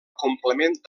complement